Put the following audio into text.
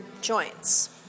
joints